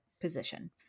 position